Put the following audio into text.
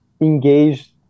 engaged